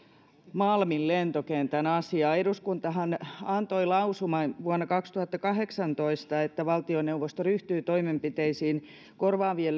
malmin lentokentän asiaa eduskuntahan antoi vuonna kaksituhattakahdeksantoista lausuman valtioneuvosto ryhtyy toimenpiteisiin korvaavien